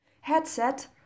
headset